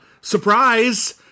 surprise